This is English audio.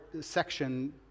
section